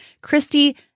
Christy